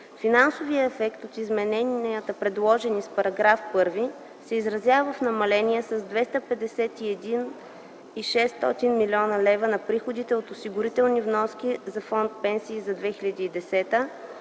Финансовият ефект от измененията, предложени с § 1, се изразява в намаление с 251,6 млн. лв. на приходите от осигурителни вноски за фонд „Пенсии” за 2010 г.,